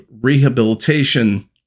rehabilitation